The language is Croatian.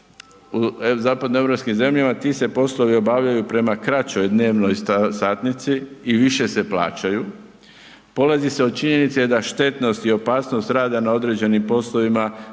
u zapadnoeuropskim zemljama, ti se poslovi obavljaju prema kraćoj dnevnoj satnici i više se plaćaju. Polazi se od činjenice da štetnost i opasnost rade na određenim poslovima